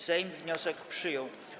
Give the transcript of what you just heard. Sejm wniosek przyjął.